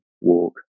walk